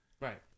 right